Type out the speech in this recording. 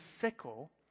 sickle